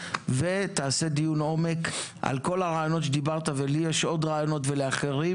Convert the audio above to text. ותעשה דיון עומק על כל הרעיונות שדיברת ולי יש עוד רעיונות ולאחרים,